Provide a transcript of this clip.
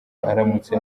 aramutse